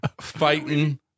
Fighting